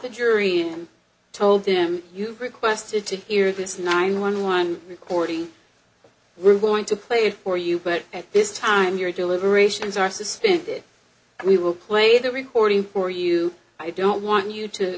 the jury and told them you requested to hear this nine one one recording we're going to play it for you but at this time your deliberations are suspended we will play the recording for you i don't want you to